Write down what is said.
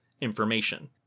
information